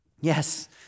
Yes